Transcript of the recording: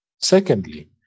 Secondly